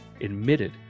admitted